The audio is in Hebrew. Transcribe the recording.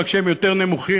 רק שהם יותר נמוכים.